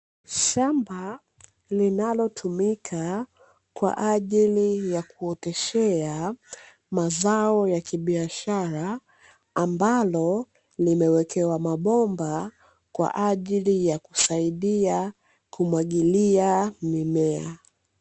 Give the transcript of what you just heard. Shamba linalotumika kwa ajili ya kuoteshea mazao ya kibiashara, ambalo limewekewa mabomba kwa ajili ya kusaidia kumwagilia mimea.